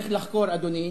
צריך לחקור, אדוני,